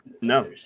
No